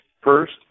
First